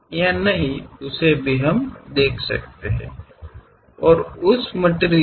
ಮತ್ತು ಆ ವಸ್ತುವಿನ ದಟ್ಟತನವನ್ನುಕಾಣಬಹುದು